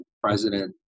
president